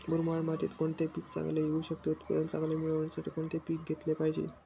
मुरमाड मातीत कोणते पीक चांगले येऊ शकते? उत्पादन चांगले मिळण्यासाठी कोणते पीक घेतले पाहिजे?